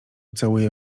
całuje